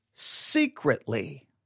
secretly